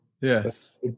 Yes